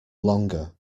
longer